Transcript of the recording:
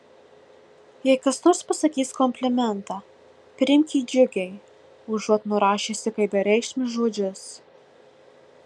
jei kas nors pasakys komplimentą priimk jį džiugiai užuot nurašiusi kaip bereikšmius žodžius